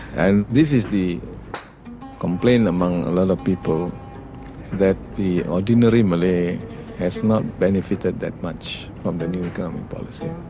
and this is the complaint among a lot of people that the ordinary malay has not benefited that much from the new economic like um policy.